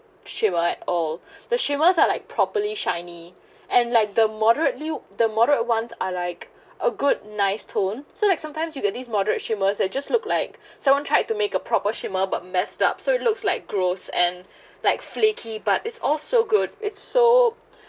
shimmer at all the shimmers are like properly shiny and like the moderate loo~ the moderate ones are like a good nice tone so like sometimes you get these moderate shimmers they just look like someone tried to make a proper shimmer but messed up so it looks like gross and like flaky but it's all so good it's so